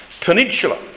Peninsula